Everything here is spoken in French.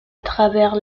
travers